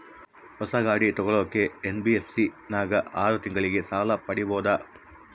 ಹೊಸ ಗಾಡಿ ತೋಗೊಳಕ್ಕೆ ಎನ್.ಬಿ.ಎಫ್.ಸಿ ನಾಗ ಆರು ತಿಂಗಳಿಗೆ ಸಾಲ ಪಡೇಬೋದ?